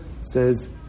says